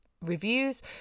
reviews